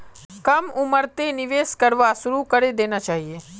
कम उम्रतें निवेश करवा शुरू करे देना चहिए